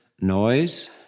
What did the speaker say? noise